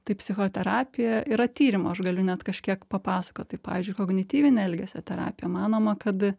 tai psichoterapija yra tyrimo aš galiu net kažkiek papasakot tai pavyzdžiui kognityvinė elgesio terapija manoma kad